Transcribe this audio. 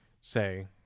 say